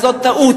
אז זאת טעות.